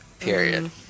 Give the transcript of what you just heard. period